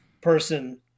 person